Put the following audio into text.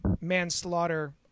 manslaughter